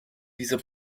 dieser